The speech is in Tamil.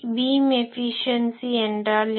பீம் எஃபிஸியன்சி என்றால் என்ன